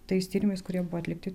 tais tyrimais kurie buvo atlikti